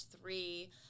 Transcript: three